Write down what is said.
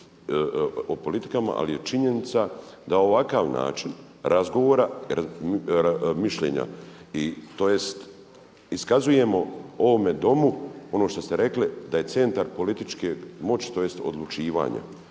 o politikama ali je činjenica da ovakav način razgovara, mišljenja tj. iskazujemo ovome Domu ono što smo rekli da je centar političke moći tj. odlučivanja.